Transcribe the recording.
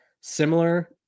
similar